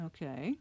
Okay